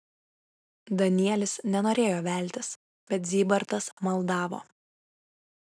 danielis nenorėjo veltis bet zybartas maldavo